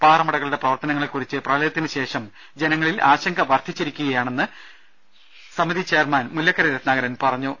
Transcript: പാറമടകളുടെ പ്രവർത്തനങ്ങളെക്കുറിച്ച് പ്രളയത്തിനുശേഷം ജനങ്ങളിൽ ആശങ്കവർധിച്ചിരിക്കയാണെന്ന് സമിതി ചെയർമാൻ മുല്ല ക്കര രത്നാകരൻ പറഞ്ഞു